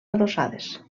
adossades